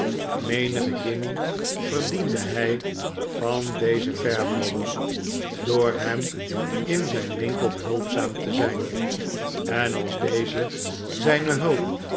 menige guinje verdiende hij van dezen fairbrother door hem in zijn winkel behulpzaam te zijn en als deze zijne hulp